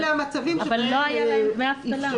אלה המצבים שבהם אפשרו לו --- אבל לא היה להם דמי אבטלה.